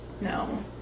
No